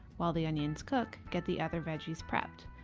while the onions cook, get the other veggies prepped.